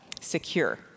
secure